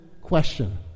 question